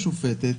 השופטת.